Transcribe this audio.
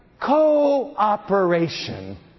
Cooperation